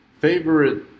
favorite